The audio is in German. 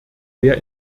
sehr